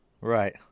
Right